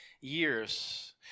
years